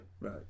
right